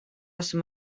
some